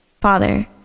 Father